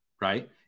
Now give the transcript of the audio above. right